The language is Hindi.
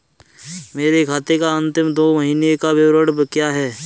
मेरे खाते का अंतिम दो महीने का विवरण क्या है?